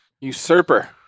usurper